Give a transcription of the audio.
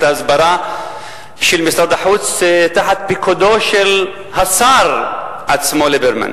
ההסברה של משרד החוץ תחת פיקודו של השר ליברמן